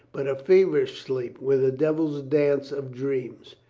but a feverish sleep with a devil's dance of dreams.